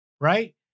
right